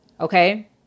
Okay